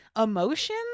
emotion